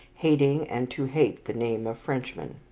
hating and to hate the name of frenchman.